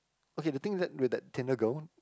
okay the thing is that with that Tinder girl